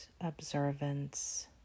observance